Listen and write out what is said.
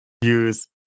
use